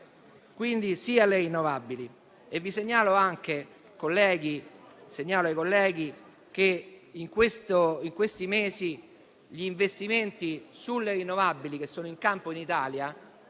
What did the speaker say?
quindi sì alle rinnovabili. Segnalo, inoltre, ai colleghi che in questi mesi gli investimenti sulle rinnovabili che sono in campo in Italia